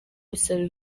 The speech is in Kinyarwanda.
bisaba